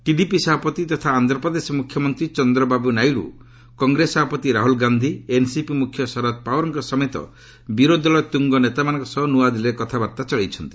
TDP ସଭାପତି ତଥା ଆନ୍ଧ୍ରପ୍ରଦେଶ ମୁଖ୍ୟମନ୍ତ୍ରୀ ଚନ୍ଦ୍ରବାରୁ ନାଇଡୁ କଂଗ୍ରେସ ସଭାପତି ରାହୁଲ୍ ଗାନ୍ଧି ଏନ୍ସିପି ମୁଖ୍ୟ ଶରଦ୍ ପାୱାର୍ଙ୍କ ସମେତ ବିରୋଧୀ ଦଳର ତୁଙ୍ଗ ନେତାମାନଙ୍କ ସହ ନୂଆଦିଲ୍ଲୀରେ କଥାବାର୍ତ୍ତା ଚଳାଇଛନ୍ତି